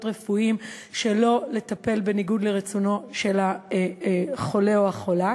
רפואיים שלא לטפל בניגוד לרצונו של החולה או החולה,